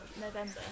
November